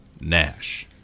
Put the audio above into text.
Nash